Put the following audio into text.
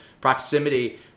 proximity